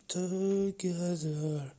together